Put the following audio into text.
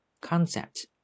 Concept